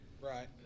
Right